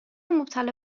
مبتلا